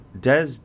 Des